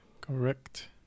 Correct